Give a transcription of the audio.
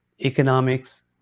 economics